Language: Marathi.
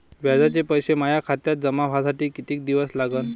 व्याजाचे पैसे माया खात्यात जमा व्हासाठी कितीक दिवस लागन?